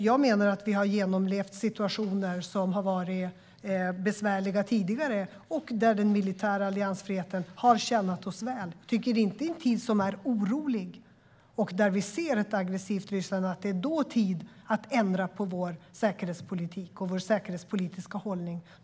Jag menar att vi tidigare har genomlevt besvärliga situationer där den militära alliansfriheten tjänat oss väl. I en orolig tid då vi ser ett aggressivt Ryssland tycker vi inte att det är läge att ändra på vår säkerhetspolitik och vår säkerhetspolitiska hållning.